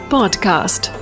Podcast